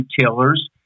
retailers